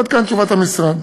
עד כאן תשובת המשרד.